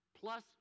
plus